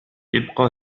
ابق